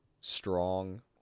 strong